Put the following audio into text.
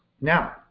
now